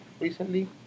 recently